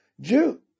Jew